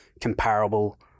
comparable